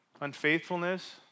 unfaithfulness